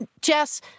Jess